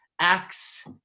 acts